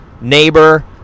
neighbor